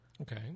Okay